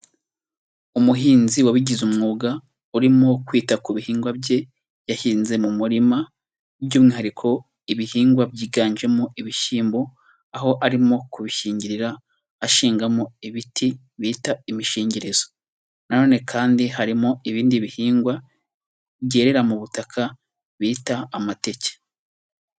Umuhinzi wabigize umwuga urimo kwita ku bihingwa bye yahinze mu murima, by'umwihariko ibihingwa byiganjemo ibishyimbo, aho arimo kubishingirira, ashingamo ibiti bita imishingirizo, nanone kandi harimo ibindi bihingwa byerera mu butaka bita amateke.